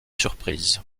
surprise